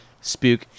spook